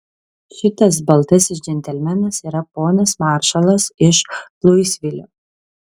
šitas baltasis džentelmenas yra ponas maršalas iš luisvilio